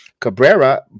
Cabrera